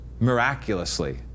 miraculously